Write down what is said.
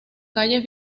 calles